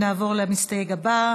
נעבור למסתייג הבא,